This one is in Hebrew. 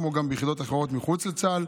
כמו גם ביחידות אחרות מחוץ לצה"ל,